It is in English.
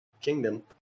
kingdom